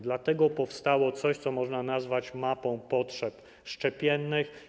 Dlatego powstało coś, co można nazwać mapą potrzeb szczepiennych.